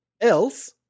Else